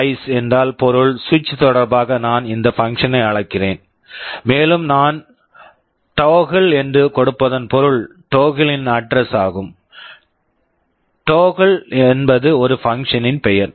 rise என்றால் பொருள் சுவிட்ச் switch தொடர்பாக நான் இந்த பங்க்ஷன் function ஐ அழைக்கிறேன் மேலும் நான் டோஃகிள் toggle என்று கொடுப்பதன் பொருள் டோஃகிள் toggle -ன் அட்ரஸ் address ஆகும் டோஃகிள் toggle என்பது ஒரு பங்க்ஷன் function ன் பெயர்